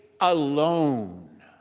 alone